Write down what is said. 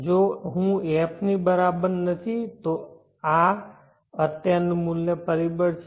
જો હું f ની બરાબર નથી તો આ અત્યારનું મૂલ્ય પરિબળ છે